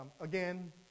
again